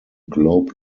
globe